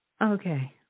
Okay